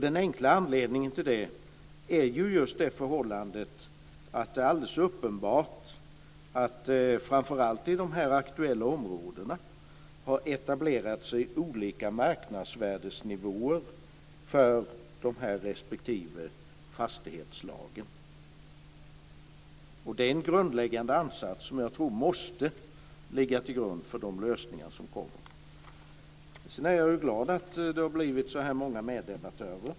Den enkla anledningen till detta är just förhållandet att det är alldeles uppenbart att det i framför allt de aktuella områdena har etablerats olika marknadsvärdenivåer för respektive fastighetsslag. Detta är en grundläggande ansats som jag tror måste ligga till grund för de lösningar som kommer. Sedan är jag glad att jag fått så många meddebattörer.